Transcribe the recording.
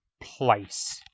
place